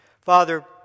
father